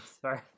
Sorry